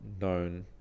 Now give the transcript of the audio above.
known